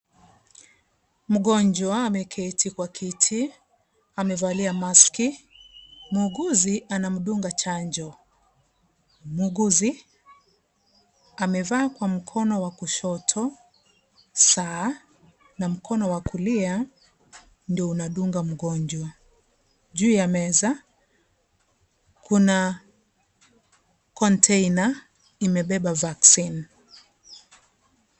Mgonjwa amekeiti kwa kiti. Amevalia (cs) maski (cs). Muuguzi anamdunga chanjo. Muuguzi amevaa kwa mkono wa kushoto saa na mkono wakulia ndio unadunga mgonjwa. Juu ya meza kuna (cs) container (cs) imebeba vaccine (cs).